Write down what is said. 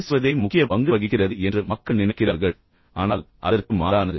பேசுவதே முக்கிய பங்கு வகிக்கிறது என்று மக்கள் நினைக்கிறார்கள் ஆனால் அது வேறு வழியில் உள்ளது